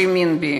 שהאמין בי